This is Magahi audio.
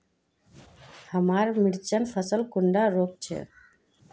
हमार मिर्चन फसल कुंडा रोग छै?